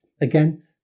Again